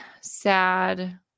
sad